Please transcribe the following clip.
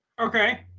Okay